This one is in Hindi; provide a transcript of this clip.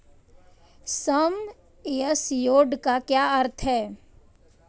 सम एश्योर्ड का क्या अर्थ है?